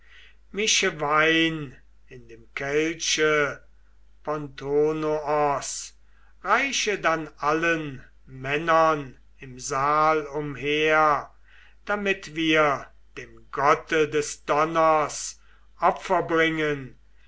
mische wein in dem kelche pontonoos reiche dann allen männern im saal umher damit wir dem gotte des donners opfer bringen